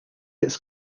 its